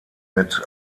mit